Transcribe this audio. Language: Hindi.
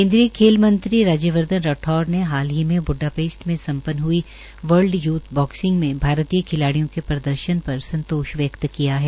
केन्द्रीय खेल मंत्री राज्यवर्धन राठौड़ ने हाल ही ब्ड़ापेस्ट में सम्पन्न हई वर्ल्ड यूथ बाक्सिंग में भारतीय खिलाड़ियों के प्रदर्शन पर संतोष व्यक्त किया है